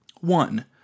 One